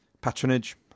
Patronage